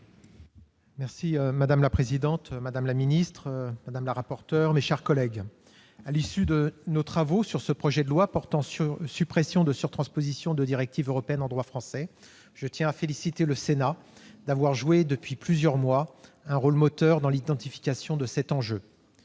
Madame la présidente, madame la secrétaire d'État, madame la rapporteur, mes chers collègues, à l'issue de nos travaux sur ce projet de loi portant suppression de sur-transpositions de directives européennes en droit français, je tiens à féliciter le Sénat d'avoir joué depuis plusieurs mois un rôle moteur dans l'identification de cet enjeu.